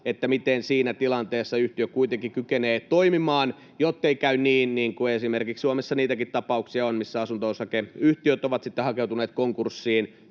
Miten siinä tilanteessa yhtiö kuitenkin kykenee toimimaan, jottei käy niin — kun Suomessa on esimerkiksi niitäkin tapauksia — että asunto-osakeyhtiöt ovat sitten hakeutuneet konkurssiin